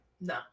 No